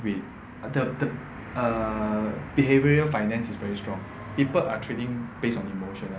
we th~ th~ err behavioural finance is very strong people are trading based on emotional